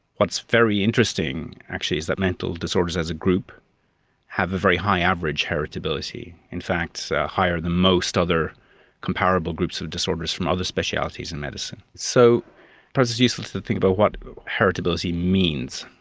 what's very interesting actually is that mental disorders as a group have a very high average heritability, in fact higher than most other comparable groups of disorders from other specialities in medicine. so perhaps it's useful to think about what heritability means.